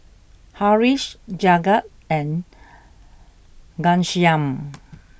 Haresh Jagat and Ghanshyam